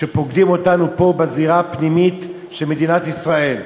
שפוקדות אותנו פה, בזירה הפנימית של מדינת ישראל.